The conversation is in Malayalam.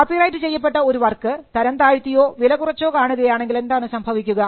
കോപ്പിറൈറ്റ് ചെയ്യപ്പെട്ട ഒരു വർക്ക് തരംതാഴ്ത്തിയോ വിലകുറച്ചോ കാണുകയാണെങ്കിൽ എന്താണ് സംഭവിക്കുക